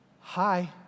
hi